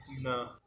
No